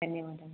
ಧನ್ಯವಾದ